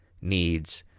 needs,